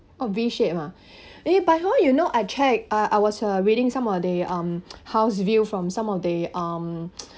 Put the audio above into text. oh V shape ha but hor you know I check uh I was reading some of the um house view from some of the um